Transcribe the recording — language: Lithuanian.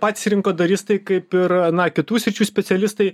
patys rinkodaristai kaip ir na kitų sričių specialistai